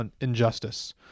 injustice